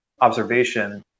observation